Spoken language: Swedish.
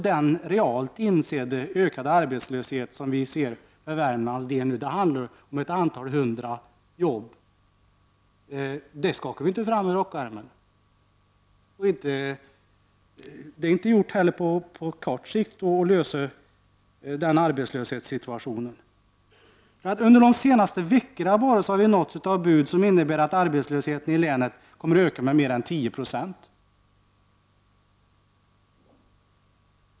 Den ökande arbetslöshet som vi realt ser för Värmlands del handlar om ett antal hundra jobb. Dem skakar vi inte fram ur rockärmen. Det är inte heller gjort på kort sikt att lösa den arbetslöshetssituationen. Bara under de senaste veckorna har vi nåtts av bud som innebär att arbetslösheten i länet kommer att öka med mer än 10 96.